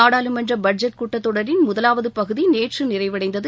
நாடாளுமன்ற பட்ஜெட் கூட்டத் தொடரின் முதவாவது பகுதி நேற்று நிறைவடைந்தது